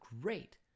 great